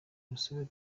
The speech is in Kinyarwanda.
urusobe